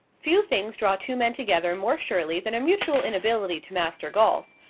few things draw two men together more surely than a mutual inability to master golf,